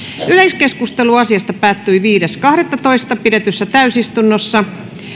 yleiskeskustelu asiasta päättyi viides kahdettatoista kaksituhattakahdeksantoista pidetyssä täysistunnossa